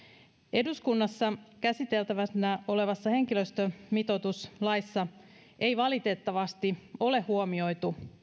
eduskunnassa käsiteltävänä olevassa henkilöstömitoituslaissa ei valitettavasti ole huomioitu